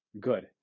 Good